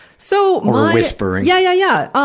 so or whispering? yeah yeah yeah ah,